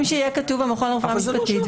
שיהיה כתוב "המכון לרפואה משפטית",